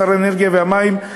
שר האנרגיה והמים,